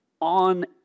on